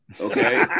okay